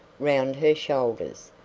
round her shoulders,